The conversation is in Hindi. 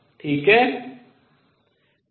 ठीक है